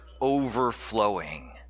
overflowing